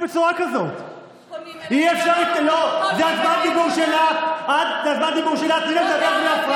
לא שמעתי אותך מגינה פעם אחת על נשות דרום תל אביב.